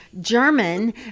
German